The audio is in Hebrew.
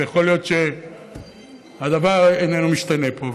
ויכול להיות שהדבר איננו משתנה פה.